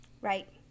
Right